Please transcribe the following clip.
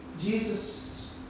Jesus